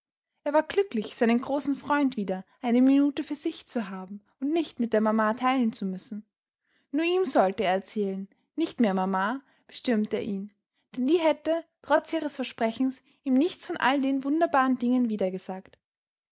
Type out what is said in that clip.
er war glücklich seinen großen freund wieder eine minute für sich zu haben und nicht mit der mama teilen zu müssen nur ihm sollte er erzählen nicht mehr mama bestürmte er ihn denn die hätte trotz ihres versprechens ihm nichts von all den wunderbaren dingen wiedergesagt